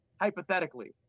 hypothetically